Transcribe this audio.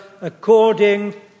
according